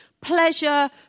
Pleasure